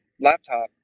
laptop